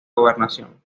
gobernación